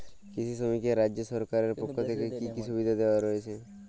কৃষি শ্রমিকদের রাজ্য সরকারের পক্ষ থেকে কি কি সুবিধা দেওয়া হয়েছে?